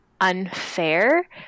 unfair